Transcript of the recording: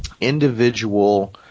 individual –